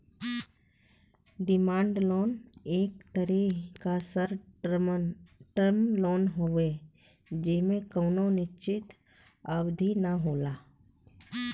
demand loan एक तरे क शार्ट टर्म लोन हउवे जेमे कउनो निश्चित अवधि न होला